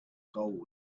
gold